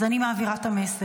אז אני מעבירה את המסר.